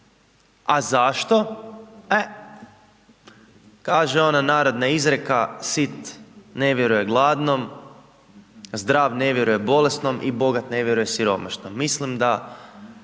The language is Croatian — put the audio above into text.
zašto? E, kaže ona narodna izreka, sit ne vjeruje gladnom, zdrav ne vjeruje bolesnom i bogat ne vjeruje siromašnom. Mislim da